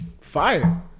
Fire